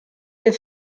der